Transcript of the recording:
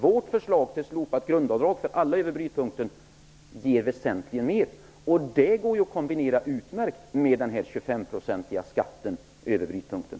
Vårt förslag till slopande av grundavdraget för alla över brytpunkten ger väsentligt mer, och det går utmärkt att kombinera med den 25-procentiga statsskatten över brytpunkten.